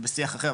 ובשיח אחר,